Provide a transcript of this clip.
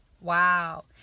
Wow